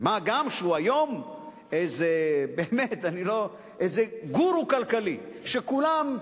מה גם שהוא היום איזה גורו כלכלי שכולם,